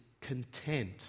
content